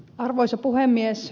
arvoisa puhemies